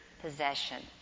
possession